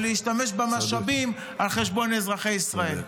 -- ולהשתמש במשאבים על חשבון אזרחי ישראל.